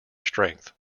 strength